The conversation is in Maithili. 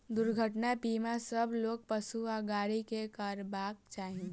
दुर्घटना बीमा सभ लोक, पशु आ गाड़ी के करयबाक चाही